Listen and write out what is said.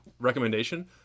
recommendation